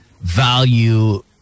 value